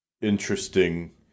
interesting